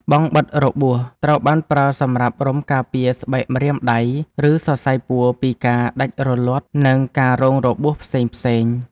បង់បិទរបួស ត្រូវបានប្រើសម្រាប់រុំការពារស្បែកម្រាមដៃ ឬសរសៃពួរពីការដាច់រលាត់ និងការរងរបួសផ្សេងៗ។